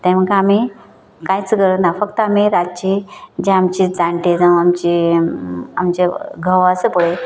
तेमकां आमी कांयच करना फक्त आमी रातची जे आमचे जाणटे जावं आमचे आमचे घोव आसा पळय